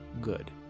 good